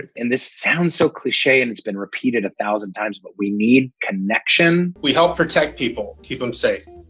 and this sounds so cliche and has been repeated a thousand times, but we need connection. we help protect people, keep em safe.